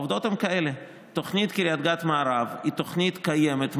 העובדות הן כאלה: תוכנית קריית גת מערב היא תוכנית קיימת,